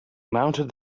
mounted